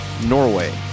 Norway